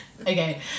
Okay